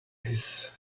his